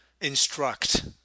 instruct